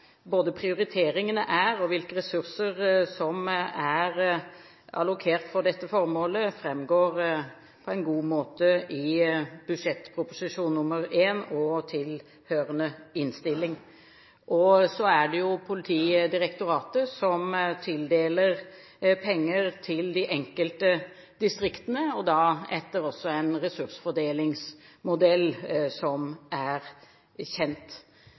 hvilke ressurser som er allokert for dette formålet, framgår på en god måte i budsjettproposisjon nr. 1 og tilhørende innstilling. Det er Politidirektoratet som tildeler penger til de enkelte distriktene, og da etter en ressursfordelingsmodell som er kjent.